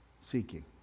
seeking